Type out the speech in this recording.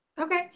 Okay